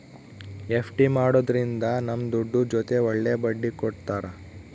FD ಮಾಡೋದ್ರಿಂದ ನಮ್ ದುಡ್ಡು ಜೊತೆ ಒಳ್ಳೆ ಬಡ್ಡಿ ಕೊಡ್ತಾರ